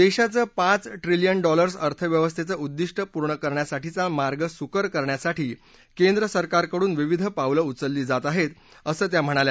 देशाचं पाच trillion dollars अर्थव्यवसंस्थेचं उद्दिष्ट पूर्ण करण्यासाठीचा मार्ग सुकर करण्यासाठी केंद्र सरकारकडून विविध पावलं उचलली जात आहेत असं त्या म्हणाल्या